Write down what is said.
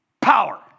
power